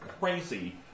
crazy